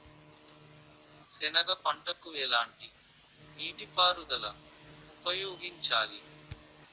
సెనగ పంటకు ఎలాంటి నీటిపారుదల ఉపయోగించాలి?